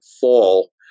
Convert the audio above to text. fall